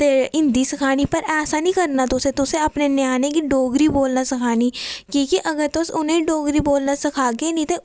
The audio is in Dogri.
ते हिंदी सखानी पर ऐसा निं करना तुसें तुसें अपने न्यानें गी डोगरी बोलना सखानी की के अगर तुस उ'नें डोगरी बोलना सखागे निं